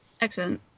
excellent